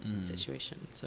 situation